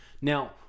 Now